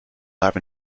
have